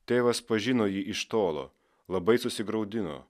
tėvas pažino jį iš tolo labai susigraudino